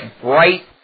bright